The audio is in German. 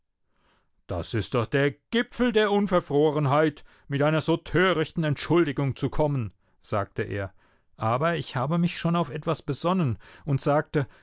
das ist doch der gipfel der unverfrorenheit mit einer so törichten entschuldigung zu kommen sagte er aber ich habe mich schon auf etwas besonnen und sagte